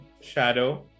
Shadow